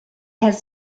has